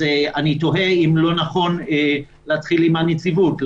אני תוהה אם לא נכון להתחיל עם הנציבות.